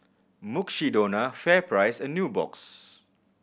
Mukshidonna FairPrice and Nubox